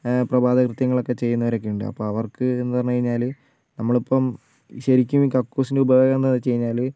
പ്രഭാത കൃത്യങ്ങൾ ഒക്കെ ചെയ്യുന്നവരൊക്കെ ഉണ്ട് അപ്പം അവർക്ക് എന്ന് പറഞ്ഞു കഴിഞ്ഞാൽ നമ്മൾ ഇപ്പം ശരിക്കും ഈ കക്കൂസിൻ്റെ ഉപയോഗം എന്ന് വെച്ചുകഴിഞ്ഞാൽ